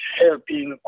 helping